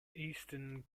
eastern